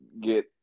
get